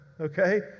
okay